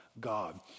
God